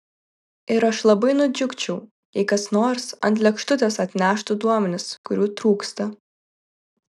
ir aš labai nudžiugčiau jei kas nors ant lėkštutės atneštų duomenis kurių trūksta